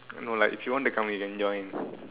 no like if you want to come you can join